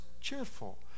cheerful